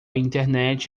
internet